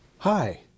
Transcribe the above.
Hi